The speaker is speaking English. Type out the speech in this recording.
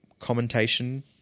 commentation